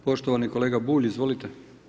Poštovani kolega Bulj, izvolite.